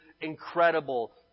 incredible